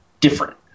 different